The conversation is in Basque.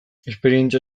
esperientzia